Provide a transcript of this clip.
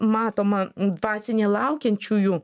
matoma dvasinė laukiančiųjų